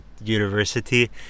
university